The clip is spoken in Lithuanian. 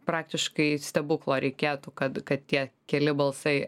praktiškai stebuklo reikėtų kad kad tie keli balsai